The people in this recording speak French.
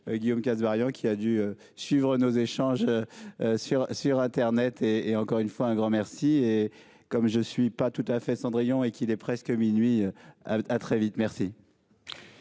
Guillaume Kasbarian qui a dû suivre nos échanges. Sur, sur Internet et et encore une fois, un grand merci et comme je suis pas tout à fait Cendrillon et qu'il est presque minuit. Très vite merci.